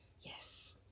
Yes